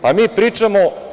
Pa, mi pričamo…